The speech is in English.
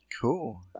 Cool